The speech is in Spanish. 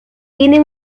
tiene